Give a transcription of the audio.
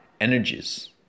energies